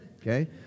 okay